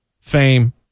fame